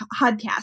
podcast